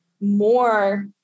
more